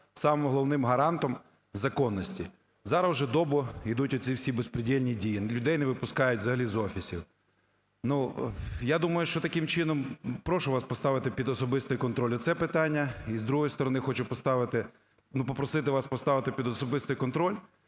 самим головним гарантом законності. Зараз уже добу йдуть оці всі бєзпрєдєльні дії, людей не випускають взагалі з офісів. Ну, я думаю, що таким чином… Прошу вас поставити під особистий контроль оце питання. І, з другої сторони, хочу поставити… ну, попросити вас поставити під особистий контроль